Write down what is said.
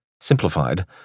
Simplified